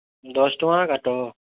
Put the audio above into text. ଦଶ୍ ଟଙ୍କା କାଟ